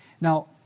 Now